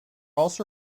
also